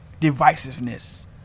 divisiveness